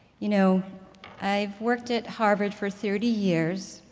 you know i've worked at harvard for thirty years.